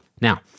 Now